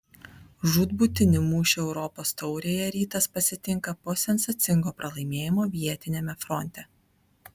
žūtbūtinį mūšį europos taurėje rytas pasitinka po sensacingo pralaimėjimo vietiniame fronte